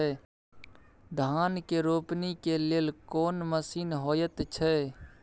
धान के रोपनी के लेल कोन मसीन होयत छै?